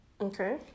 Okay